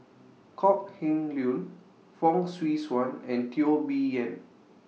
Kok Heng Leun Fong Swee Suan and Teo Bee Yen